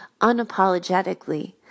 unapologetically